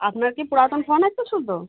আপনার কি পুরাতন ফোন আছে শুধু